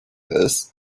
this